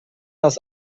das